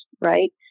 right